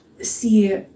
see